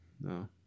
No